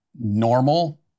normal